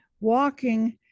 walking